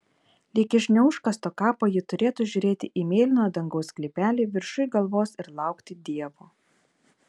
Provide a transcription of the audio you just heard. lyg iš neužkasto kapo ji turėtų žiūrėti į mėlyno dangaus sklypelį viršuj galvos ir laukti dievo